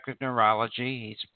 neurology